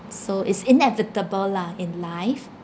so is inevitable lah in life